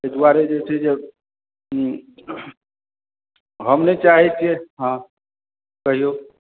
ताहि दुआरे जे छै जे हम नहि चाहै छियै हँ कहियौ